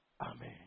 Amen